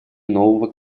нового